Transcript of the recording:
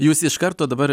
jūs iš karto dabar